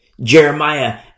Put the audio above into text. Jeremiah